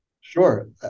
Sure